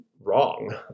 wrong